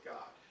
God